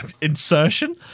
insertion